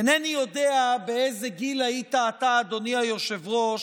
אינני יודע באיזה גיל היית אתה, אדוני היושב-ראש,